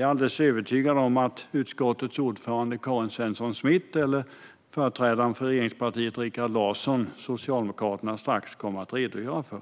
jag alldeles övertygad om att utskottets ordförande Karin Svensson Smith eller företrädaren för regeringspartiet Socialdemokraterna, Rikard Larsson, strax kommer att redogöra för.